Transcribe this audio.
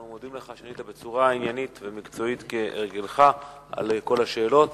אנחנו מודים לך על שענית בצורה עניינית ומקצועית כהרגלך על כל השאלות.